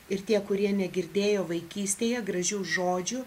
ir tie kurie negirdėjo vaikystėje gražių žodžių